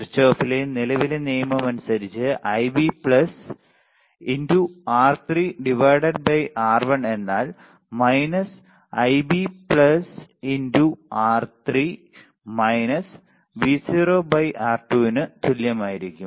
കിർചോഫിൽ നിലവിലെ നിയമം അനുസരിച്ച് Ib R3 R1 എന്നാൽ Ib R3 Vo R2 ന് തുല്യമായിരിക്കും